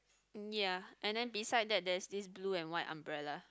ya and then beside that there's this blue and white umbrella